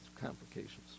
complications